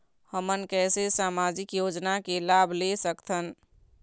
हमन कैसे सामाजिक योजना के लाभ ले सकथन?